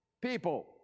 people